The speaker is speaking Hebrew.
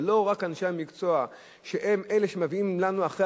ולא רק אנשי המקצוע שהם אלה שמביאים לנו אחרי